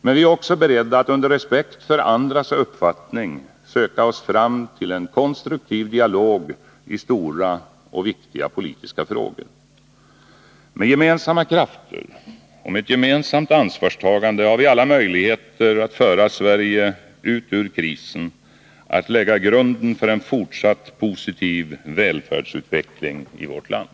Men vi är också beredda att under respekt för andras uppfattning söka oss fram till en konstruktiv dialog i stora och viktiga politiska frågor. Med gemensamma krafter och med ett gemensamt ansvarstagande har vi alla möjligheter att föra Sverige ur krisen och lägga grunden för en fortsatt positiv välfärdsutveckling i vårt land.